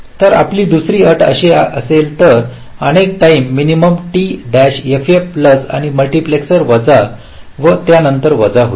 तर आपली दुसरी अट अशी असेल तर अनेक time minimum t ff plus आणि मल्टीप्लेसर वजा व त्यानंतर वजा होईल